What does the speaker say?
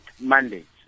mandates